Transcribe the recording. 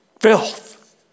filth